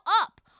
up